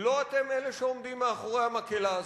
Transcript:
לא אתם אלה שעומדים מאחורי המקהלה הזאת.